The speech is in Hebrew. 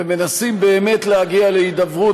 ומנסים באמת להגיע להידברות,